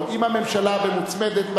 אם הממשלה במוצמדת,